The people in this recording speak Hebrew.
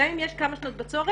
גם אם יש כמה שנות בצורת,